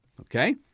okay